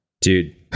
dude